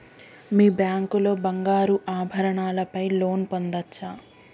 మీ bank లో బంగారు ఆభరణాల పై లోన్ పొందచ్చా?